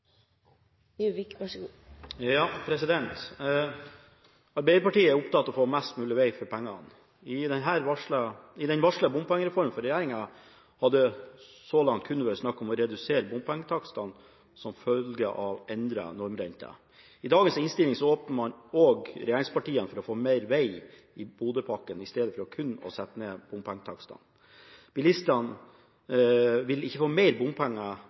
Arbeiderpartiet er opptatt av å få mest mulig vei for pengene. I den varslede bompengereformen fra regjeringen har det så langt kun vært snakk om å redusere bompengetakstene som følge av endrede normrenter. I dagens innstilling åpner regjeringspartiene også for å få mer vei i Bodø-pakken i stedet for kun å sette ned bompengetakstene. Bilistene vil ikke få mer bompenger